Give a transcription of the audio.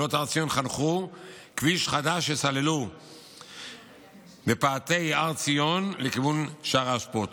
למרגלות הר ציון חנכו כביש חדש שסללו בפאתי הר ציון לכיוון שער האשפות.